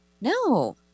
No